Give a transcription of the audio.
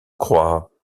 crois